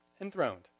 enthroned